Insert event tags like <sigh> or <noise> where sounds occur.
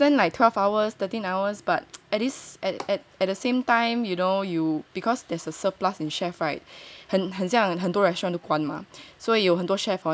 because you you have to stand like twelve hours thirteen hours <noise> but at this at at at the same time you know you because there's a surplus in chef right 很很像很多 restaurant 关吗所以有很多 chef hor